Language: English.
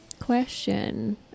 Question